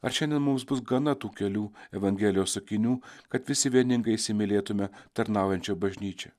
ar šiandien mums bus gana tų kelių evangelijos sakinių kad visi vieningai įsimylėtume tarnaujančią bažnyčią